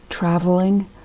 traveling